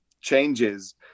changes